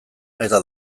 eta